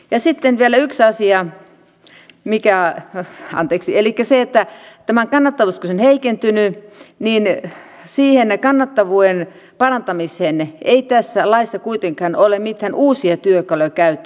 ja sitten vielä yksi asia elikkä se että kun tämä kannattavuus on heikentynyt niin siihen kannattavuuden parantamiseen ei tässä laissa kuitenkaan ole mitään uusia työkaluja käytössä